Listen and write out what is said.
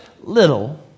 little